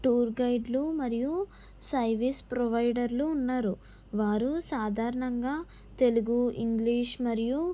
tour గైడ్లు మరియు service ప్రొవైడర్లు ఉన్నారు వారు సాధారణంగా తెలుగు ఇంగ్లీష్ మరియు